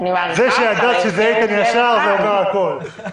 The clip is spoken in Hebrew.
הוא פשוט יגיע רק להצבעות.